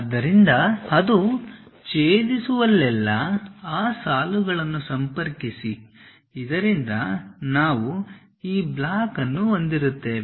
ಆದ್ದರಿಂದ ಅದು ಛೇದಿಸುವಲ್ಲೆಲ್ಲಾ ಆ ಸಾಲುಗಳನ್ನುಸಂಪರ್ಕಿಸಿ ಇದರಿಂದ ನಾವು ಈ ಬ್ಲಾಕ್ ಅನ್ನು ಹೊಂದಿರುತ್ತೇವೆ